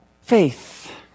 Faith